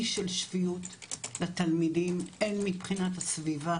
אי של שפיות לתלמידים הן מבחינת הסביבה